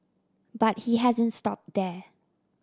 but he hasn't stopped there